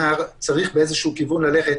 אני חושב שצריך ללכת באיזשהו כיוון,